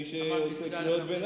תגיד תודה למי שקורא קריאות ביניים.